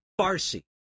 Farsi